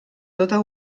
tota